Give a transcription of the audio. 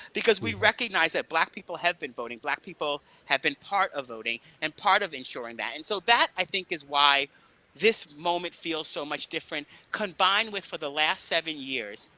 because we recognize that black people have been voting, black people have been part of voting, and part of ensuring that. and so that i think is why this moment feels so much different, combined with, for the last seven years,